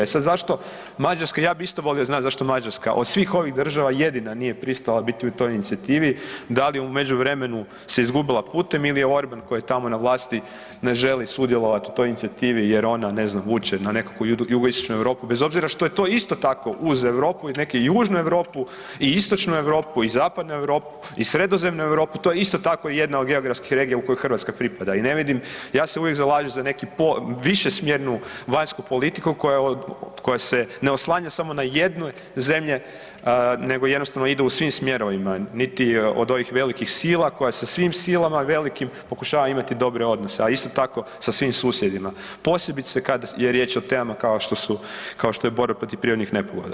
E sad zašto Mađarska, ja bi isto volio znati zašto Mađarska od svih ovih država jedina nije pristala biti u toj Inicijativi, da li u međuvremenu se izgubila putem ili je Orban koji je tamo na vlasti ne želi sudjelovat u toj Inicijativi jer ona, ne znam, vuče na nekakvu Jugoistočnu Europu bez obzira što je to isto tako uz Europu i neke Južnu Europu, i Istočnu Europu, i Zapadnu Europu, i Sredozemnu Europu, to je isto tako i jedna od geografskih regija u koju Hrvatska pripada, i ne vidim, ja se uvijek zalažem za neki, po više smjernu vanjsku politiku koja se ne oslanja samo na jedne zemlje, nego jednostavno ide u svim smjerovima, niti od ovih velikih sila koja sa svim silama velikim pokušava imati dobre odnose, a isto tako sa svim susjedima, posebice kad je riječ o temama kao što su, kao što je borba protiv prirodnih nepogoda.